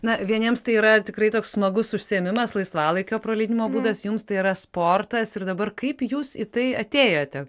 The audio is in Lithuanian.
na vieniems tai yra tikrai toks smagus užsiėmimas laisvalaikio praleidimo būdas jums tai yra sportas ir dabar kaip jūs į tai atėjote